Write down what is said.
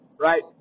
right